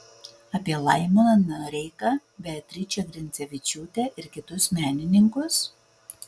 apie laimoną noreiką beatričę grincevičiūtę ir kitus menininkus